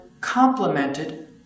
complemented